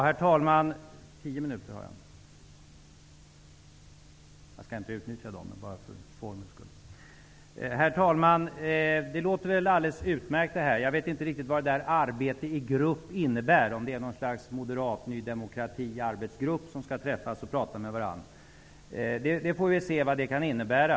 Herr talman! Det låter alldeles utmärkt det här. Jag vet inte riktigt vad ''arbete i grupp'' innebär -- om det är ett slags moderatnydemokratiarbetsgrupp som skall träffas och prata eller vad det är. Men vi får väl se vad det kan innebära.